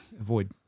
avoid